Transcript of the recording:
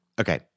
Okay